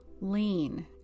lean